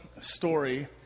story